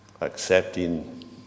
accepting